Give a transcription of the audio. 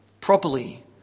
properly